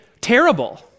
terrible